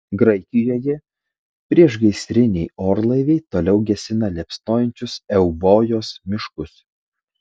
graikijoje priešgaisriniai orlaiviai toliau gesina liepsnojančius eubojos miškus